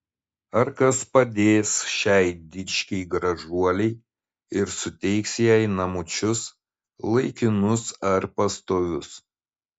ar kas padės šiai dičkei gražuolei ir suteiks jai namučius laikinus ar pastovius